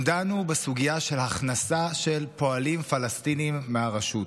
הם דנו בסוגיה של ההכנסה של פועלים פלסטינים מהרשות.